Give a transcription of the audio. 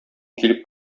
килеп